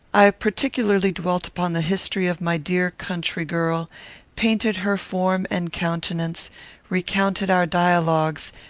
i particularly dwelt upon the history of my dear country-girl painted her form and countenance recounted our dialogues,